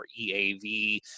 EAV